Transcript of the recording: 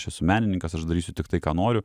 aš esu menininkas aš darysiu tiktai ką noriu